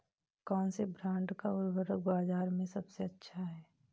कौनसे ब्रांड का उर्वरक बाज़ार में सबसे अच्छा हैं?